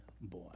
boy